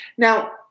Now